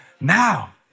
Now